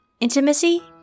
intimacy